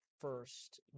first